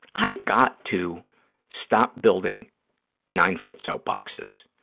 i have got to stop building nine-foot soapboxes.